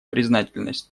признательность